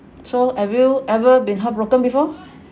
so have you ever been heartbroken before